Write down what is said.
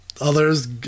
others